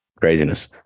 Craziness